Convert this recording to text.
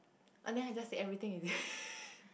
unless I just say everything